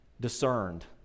discerned